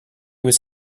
was